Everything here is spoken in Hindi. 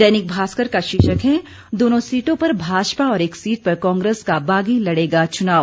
दैनिक भास्कर का शीर्षक है दोनों सीटों पर भाजपा और एक सीट पर कांग्रेस का बागी लड़ेगा चुनाव